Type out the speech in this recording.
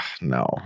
no